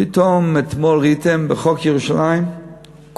פתאום אתמול בחוק ירושלים,